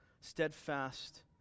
steadfast